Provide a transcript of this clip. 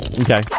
Okay